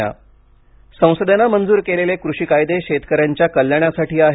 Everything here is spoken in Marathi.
पंतप्रधान संसदेनं मंजूर केलेले कृषी कायदे शेतकऱ्यांच्या कल्याणासाठी आहेत